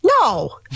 No